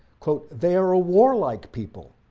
they are a warlike people,